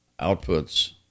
outputs